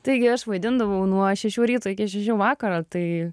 taigi aš vaidindavau nuo šešių ryto iki šešių vakaro tai